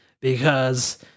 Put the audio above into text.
because-